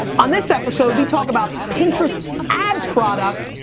on this episode, we talk about pinterest's ad product,